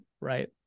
Right